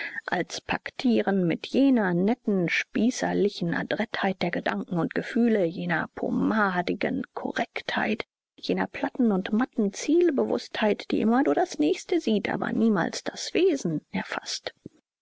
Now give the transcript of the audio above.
als paktieren mit jener netten spießerlichen adrettheit der gedanken und gefühle jener pomadigen korrektheit jener platten und matten zielbewußtheit die immer nur das nächste sieht aber niemals das wesen erfaßt